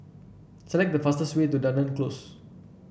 select the fastest way to Dunearn Close